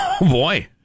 Boy